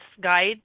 Guide